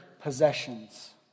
possessions